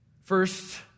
First